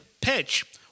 pitch